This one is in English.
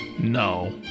No